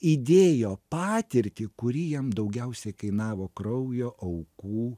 įdėjo patirtį kuri jam daugiausiai kainavo kraujo aukų